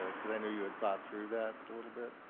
because i know you had thought through that a little bit.